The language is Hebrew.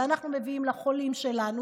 ואנחנו מביאים לחולים שלנו,